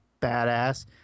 badass